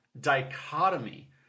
dichotomy